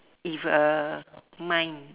if a mind